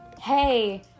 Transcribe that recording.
hey